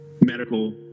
medical